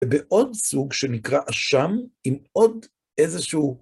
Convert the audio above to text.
ובעוד סוג שנקרא אשם עם עוד איזשהו